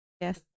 Yes